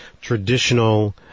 traditional